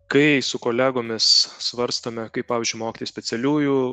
kai su kolegomis svarstome kaip pavyzdžiui mokyti specialiųjų